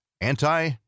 anti—